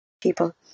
People